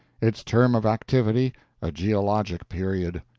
its term of activity a geologic period.